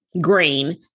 grain